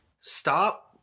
stop